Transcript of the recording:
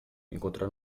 encontrar